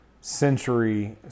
century